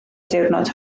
diwrnod